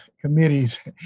committees